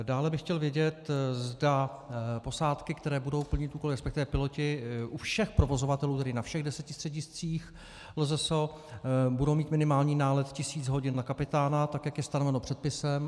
Dále bych chtěl vědět, zda posádky, které budou plnit úkoly, resp. piloti, u všech provozovatelů, tedy na všech deseti střediscích LZS, budou mít minimální nálet tisíc hodin na kapitána, jak je stanoveno předpisem.